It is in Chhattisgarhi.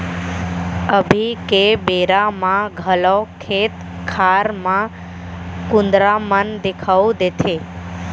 अभी के बेरा म घलौ खेत खार म कुंदरा मन देखाउ देथे